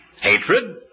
hatred